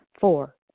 Four